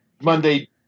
Monday